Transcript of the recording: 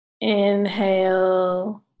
Inhale